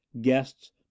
guests